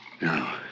No